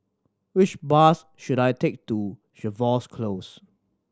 which bus should I take to Jervois Close